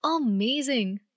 Amazing